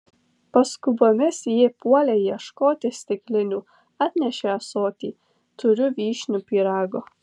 paskubomis ji puolė ieškoti stiklinių atnešė ąsotį turiu vyšnių pyrago